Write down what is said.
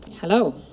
Hello